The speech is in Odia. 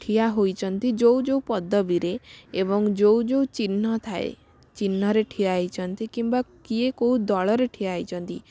ଠିଆ ହୋଇଛନ୍ତି ଯେଉଁ ଯେଉଁ ପଦବୀରେ ଏବଂ ଯେଉଁ ଯେଉଁ ଚିହ୍ନ ଥାଏ ଚିହ୍ନରେ ଠିଆ ହେଇଛନ୍ତି କିମ୍ବା କିଏ କେଉଁ ଦଳରେ ଠିଆ ହେଇଛନ୍ତି